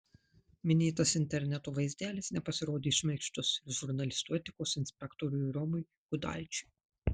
minėtas interneto vaizdelis nepasirodė šmaikštus ir žurnalistų etikos inspektoriui romui gudaičiui